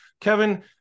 Kevin